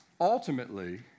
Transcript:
ultimately